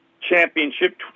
championship